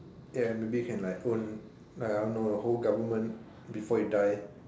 ya maybe can like own like I don't know the whole government before you die